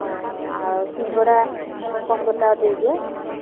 ହଁ ଆଉ ସିଙ୍ଗଡ଼ା ପନ୍ଦରଟା ଦେଇଦିଅ